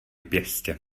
pěstě